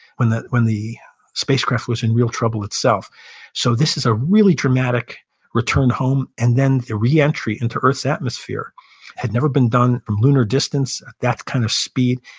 when the when the spacecraft was in real trouble itself so this is a really dramatic return home. and then the re-entry into earth's atmosphere had never been done, and lunar distance, that kind of speed,